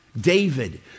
David